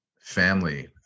family